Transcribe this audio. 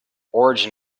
origin